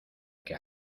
que